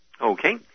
Okay